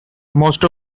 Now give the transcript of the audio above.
most